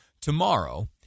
Tomorrow